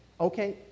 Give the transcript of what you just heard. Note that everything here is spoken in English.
okay